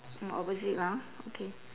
mm opposite lah okay